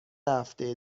هفته